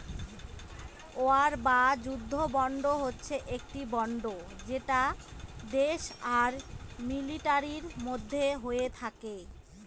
war বা যুদ্ধ bond হচ্ছে একটি বন্ড যেটা দেশ আর মিলিটারির মধ্যে হয়ে থাকে